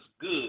good